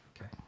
Okay